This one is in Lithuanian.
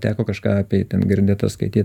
teko kažką apeit ten girdėta skaityt